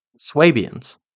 Swabians